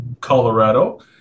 colorado